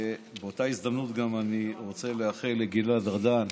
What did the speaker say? ובאותה הזדמנות אני גם רוצה לאחל לגלעד ארדן